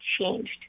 changed